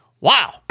Wow